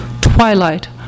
Twilight